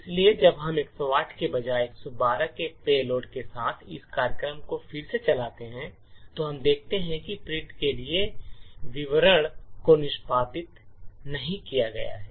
इसलिए जब हम 108 के बजाय 112 के पेलोड के साथ इस कार्यक्रम को फिर से चलाते हैं तो हम देखेंगे कि प्रिंट किए गए विवरण को निष्पादित नहीं किया गया है